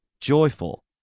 joyful